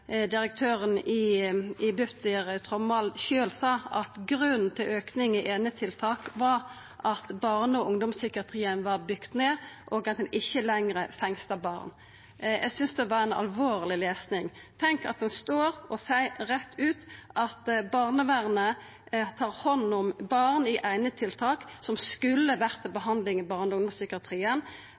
Trommald i Bufdir sjølv sa at grunnen til den auka bruken av einetiltak var at barne- og ungdomspsykiatrien var bygd ned, og at ein ikkje lenger fengsla barn. Eg syntest det var alvorleg lesnad. Tenk at ein står og seier rett ut at barnevernet, i form av einetiltak, tar hand om barn som skulle ha vore til behandling i barne- og ungdomspsykiatrien,